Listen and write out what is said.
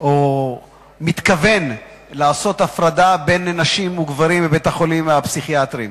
או מתכוון לעשות הפרדה בין נשים לגברים בבתי-החולים הפסיכיאטריים.